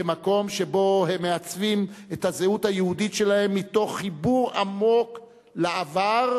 כמקום שבו הם מעצבים את הזהות היהודית שלהם מתוך חיבור עמוק לעבר,